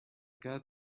cat